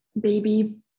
baby